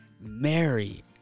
Mary